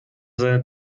seine